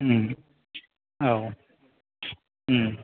औ